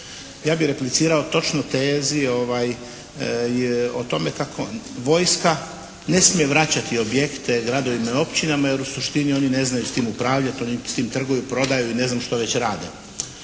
Ja bi replicirao točno tezi o tome kako vojska ne smije vraćati objekte gradovima i općinama, jer u suštini oni ne znaju s tim upravljati, oni s tim trguju, prodaju i što već rade.